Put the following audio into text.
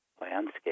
landscape